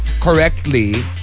Correctly